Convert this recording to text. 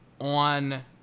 on